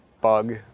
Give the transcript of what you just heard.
bug